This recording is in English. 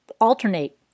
alternate